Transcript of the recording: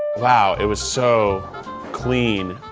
wow, it was so clean.